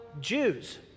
Jews